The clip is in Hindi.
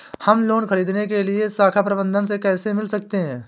हम लोन ख़रीदने के लिए शाखा प्रबंधक से कैसे मिल सकते हैं?